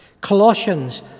Colossians